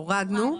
הורדנו.